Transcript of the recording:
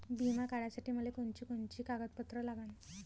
बिमा काढासाठी मले कोनची कोनची कागदपत्र लागन?